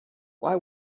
why